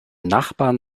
nachbarn